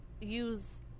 use